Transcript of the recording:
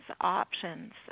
options